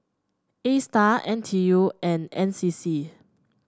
A Star N T U and N C C